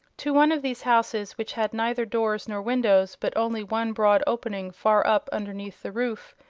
to one of these houses which had neither doors nor windows, but only one broad opening far up underneath the roof,